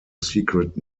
secret